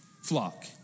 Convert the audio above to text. flock